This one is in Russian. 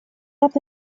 это